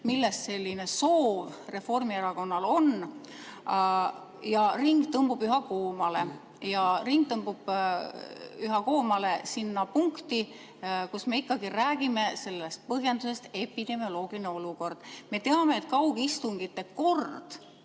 millest selline soov Reformierakonnal on, ja ring tõmbub üha koomale. Ring tõmbub üha koomale sinna punkti, kus me räägime sellest põhjendusest – epidemioloogiline olukord. Me teame, et kaugistungite kord